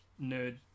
nerd